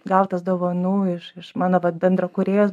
gautas dovanų iš iš mano vat bendrakūrėjos